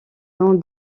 nom